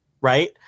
right